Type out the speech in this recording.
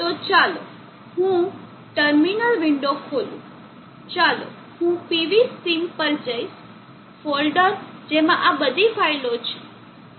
તો ચાલો હું ટર્મિનલ વિન્ડો ખોલું ચાલો હું pvsim પર જઈશ ફોલ્ડર જેમાં આ બધી ફાઇલો છે